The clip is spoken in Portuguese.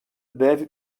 deve